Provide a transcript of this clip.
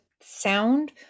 sound